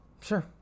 Sure